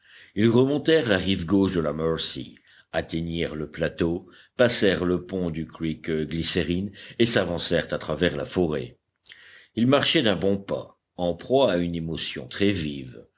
ils remontèrent la rive gauche de la mercy atteignirent le plateau passèrent le pont du creek glycérine et s'avancèrent à travers la forêt ils marchaient d'un bon pas en proie à une émotion très vive